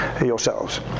yourselves